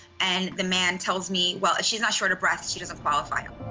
and the man tells me, well, if she's not short of breath, she doesn't qualify. ah